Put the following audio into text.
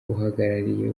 uhagarariye